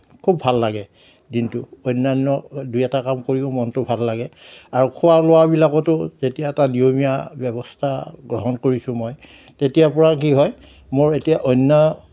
খুব ভাল লাগে দিনটো অন্যান্য দুই এটা কাম কৰিও মনটো ভাল লাগে আৰু খুৱা লোৱাবিলাকতো এতিয়া এটা নিয়মীয়া ব্যৱস্থা গ্ৰহণ কৰিছোঁ মই এতিয়াৰ পৰা কি হয় মোৰ এতিয়া অন্য